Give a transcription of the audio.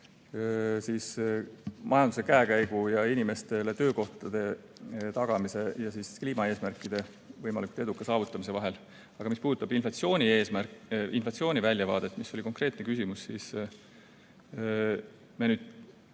majanduse käekäigu, inimestele töökohtade tagamise ja kliimaeesmärkide võimalikult eduka saavutamise vahel. Aga mis puudutab inflatsiooni väljavaadet, mis oli konkreetne küsimus, siis täpsemad